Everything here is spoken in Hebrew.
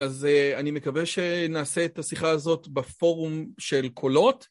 אז אני מקווה שנעשה את השיחה הזאת בפורום של קולות.